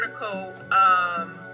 article